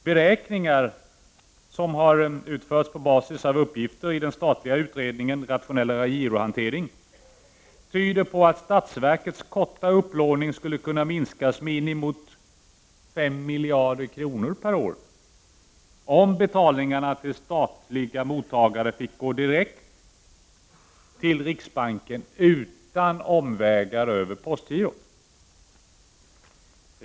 Beräkningar som utförts på basis av uppgifter i den statliga utredningen Rationellare girohantering, tyder på att statsverkets korta upplåning skulle kunna minskas med inemot 5 miljarder kronor per år, om betalningarna till statliga mottagare fick gå direkt till riksbanken utan omvägen över postgirot.